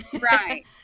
Right